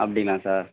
அப்படிங்களா சார்